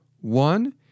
One